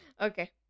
Okay